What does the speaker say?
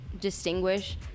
distinguish